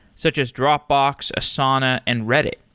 such as dropbox, asana and reddit.